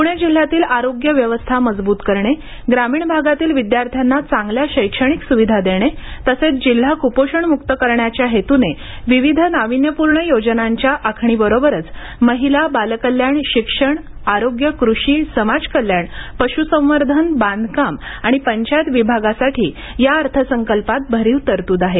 पूणे जिल्ह्यातील आरोग्य व्यवस्था मजबुत करणे ग्रामीण भागातील विद्यार्थ्यांना चांगल्या शैक्षणिक सुविधा देणे तसेच जिल्हा क्पोषणमुक्त करण्याच्या हेतूने विविध नाविन्यपूर्ण योजनांच्या आखणी बरोबरच महिला बालकल्याण शिक्षणआरोग्य कृषी समाजकल्याण पशुसंवर्धन बांधकाम आणि पंचायत विभागासाठी या अर्थसंकल्पात भरीव तरतूद आहे